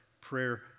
prayer